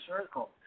circle